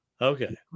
Okay